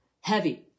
heavy